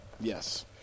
Yes